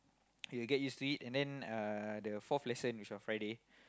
you will get used to it and then uh the fourth lesson which is on Friday